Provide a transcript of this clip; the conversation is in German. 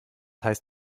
heißt